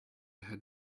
had